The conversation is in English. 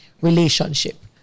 relationship